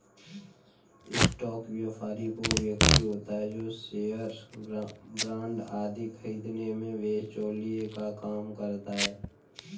stock व्यापारी वो व्यक्ति होता है जो शेयर बांड आदि खरीदने में बिचौलिए का काम करता है